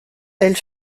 elle